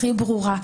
הכי ברורה,